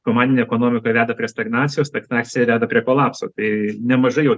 komandinė ekonomika veda prie stagnacijos stagnacija veda prie kolapso tau nemažai jau